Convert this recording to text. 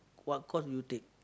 what course do you take